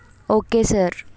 okay sir